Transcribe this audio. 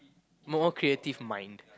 more creative mind